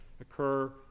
occur